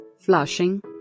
flushing